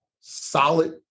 solid